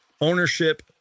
ownership